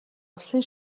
улсын